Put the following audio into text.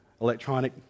electronic